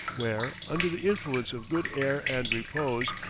where, under the influence of good air and repose,